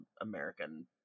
american